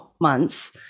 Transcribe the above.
months